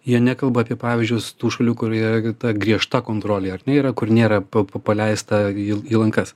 jie nekalba apie pavyzdžius tų šalių kurioje ta griežta kontrolė ar ne yra kur nėra pap paleista į į lankas